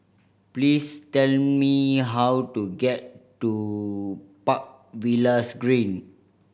please tell me how to get to Park Villas Green